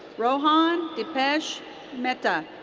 rohan dipesh mehta.